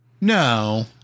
No